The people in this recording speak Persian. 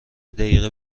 دقیقه